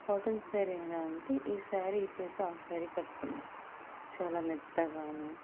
cotton sari ఎలా అంటే ఈ శారీ ఇప్పేసి ఆ శారీ కట్టుకున్నాను చాలా మెత్తగాను